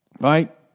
right